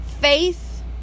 faith